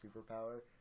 superpower